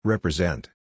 Represent